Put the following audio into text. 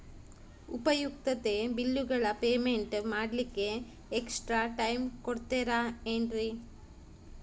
ಉಪಯುಕ್ತತೆ ಬಿಲ್ಲುಗಳ ಪೇಮೆಂಟ್ ಮಾಡ್ಲಿಕ್ಕೆ ಎಕ್ಸ್ಟ್ರಾ ಟೈಮ್ ಕೊಡ್ತೇರಾ ಏನ್ರಿ?